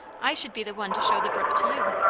i should be the one to show the brook to you.